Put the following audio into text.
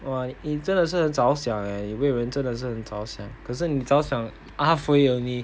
!wah! eh 你真的是恨着想你为人家真的是很着想可是你着想 halfway only